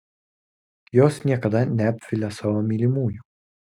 jos niekada neapvilia savo mylimųjų